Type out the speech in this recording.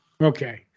Okay